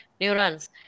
neurons